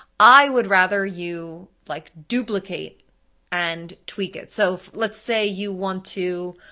i would rather you like duplicate and tweak it. so let's say you want to